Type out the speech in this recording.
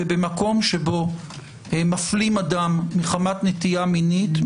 ובמקום שבו מפלים אדם מחמת נטייה מינית,